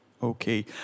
Okay